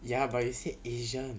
ya but it said asia